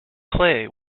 clay